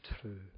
true